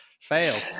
Fail